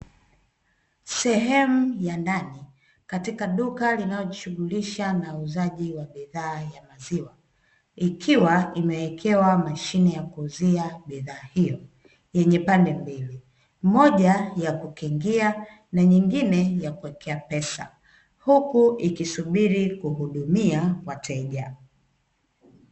Sehemu ya ndani katika duka linalojishughulisha na uuzaji wa bidhaa za maziwa, ikiwa imewekewa mashine ya kuuzia bidhaa hiyo yenye pande mbili, moja ya kukingia na nyingine ya kuwekea pesa, huku ikisubiri kuhudumia wateja.